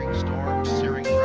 storms, searing